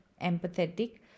empathetic